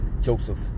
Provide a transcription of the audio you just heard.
Joseph